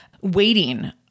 Waiting